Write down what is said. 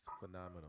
phenomenal